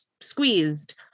squeezed